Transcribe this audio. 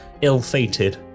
ill-fated